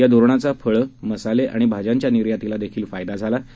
या धोरणाचा फळ मसाले आणि भाज्यांच्या निर्यातीला देखील फायदा झाला आहे